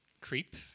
creep